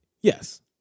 yes